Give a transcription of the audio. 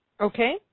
Okay